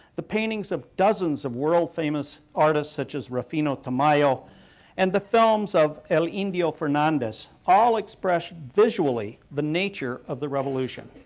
the paintings of dozens of world famous artists such as rufino tamayo and the films of el indio fernandez all expressed visually the nature of the revolution.